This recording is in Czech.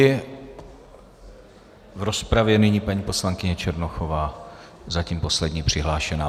V rozpravě nyní paní poslankyně Černochová, zatím poslední přihlášená.